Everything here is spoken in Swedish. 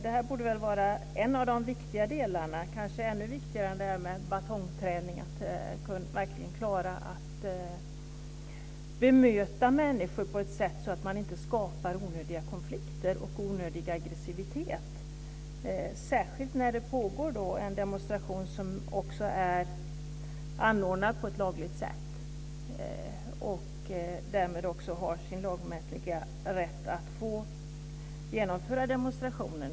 Det här borde väl vara en av de viktiga delarna, kanske ännu viktigare än batongträningen: att verkligen klara att bemöta människor på ett sådant sätt att man inte skapar onödiga konflikter och onödig aggressivitet - särskilt när det pågår en demonstration som är anordnad på ett lagligt sätt och därmed har sin lagstadgade rätt att genomföras.